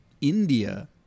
India